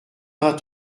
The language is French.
vingt